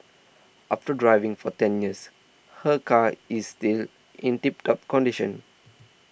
after driving for ten years her car is still in tip top condition